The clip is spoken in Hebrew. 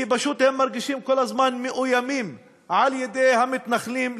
כי פשוט הם מרגישים כל הזמן מאוימים על-ידי המתנחלים,